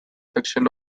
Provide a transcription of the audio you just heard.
section